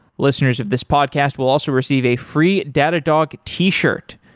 listeners of this podcast will also receive a free datadog t-shirt.